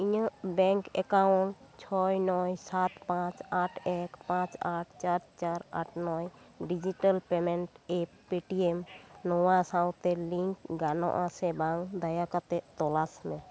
ᱤᱧᱟᱹᱜ bank account ᱪᱷᱚᱭ ᱱᱚᱭ ᱥᱟᱛ ᱯᱟᱸᱪ ᱟᱴ ᱪᱟᱨ ᱪᱟᱨ ᱟᱴ ᱱᱚᱭ ᱰᱤᱡᱤᱴᱟᱞ ᱯᱮᱢᱮᱱᱴ ᱮᱯ ᱯᱮᱴᱤᱮᱢ ᱱᱚᱶᱟ ᱥᱟᱶᱛᱮ ᱞᱤᱝᱠ ᱜᱟᱱᱚᱜᱼᱟ ᱥᱮ ᱵᱟᱝ ᱫᱟᱭᱟ ᱠᱟᱛᱮ ᱛᱚᱞᱟᱥ ᱢᱮ